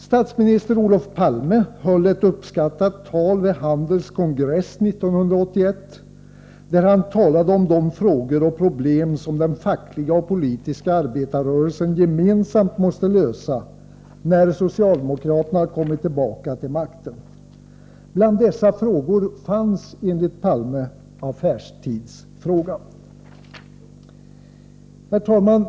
Statsminister Olof Palme höll ett uppskattat tal vid Handels kongress 1981, där han talade om de frågor och problem som den fackliga och politiska arbetarrörelsen gemensamt måste lösa när socialdemokraterna kommit tillbaka till makten. Bland dessa frågor fanns enligt Palme affärstidsfrågan. Herr talman!